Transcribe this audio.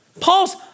Paul's